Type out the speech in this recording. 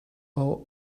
are